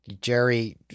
Jerry